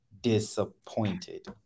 disappointed